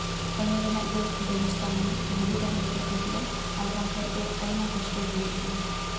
ᱚᱱᱟ ᱨᱮᱱᱟᱜ ᱜᱮ ᱵᱮᱵᱚᱥᱛᱷᱟ ᱢᱟᱱᱮ ᱵᱷᱟᱹᱜᱤ ᱛᱟᱦᱮᱸ ᱞᱮᱱᱠᱷᱟᱱ ᱵᱷᱟᱹᱜᱤᱜᱼᱟ ᱟᱨ ᱵᱟᱝᱠᱷᱟᱱ ᱫᱚ ᱟᱭᱢᱟ ᱠᱚᱥᱴᱚ ᱦᱩᱭᱩᱜ ᱜᱮᱭᱟ